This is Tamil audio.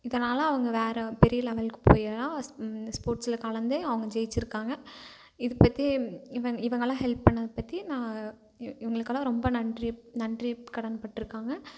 இதனால் அவங்க வேறு பெரிய லெவலுக்கு போயியெல்லாம் ஸ்போட்ஸ்ஸில் கலந்து அவங்க ஜெயிச்சுருக்காங்க இது பற்றி இவங்க இவங்கள் எல்லாம் ஹெல்ப் பண்ணது பற்றி நான் இவங்களுக்கள்லாம் ரொம்ப நன்றி நன்றிக்கடன் பட்டுருக்காங்க